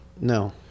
No